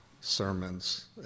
sermons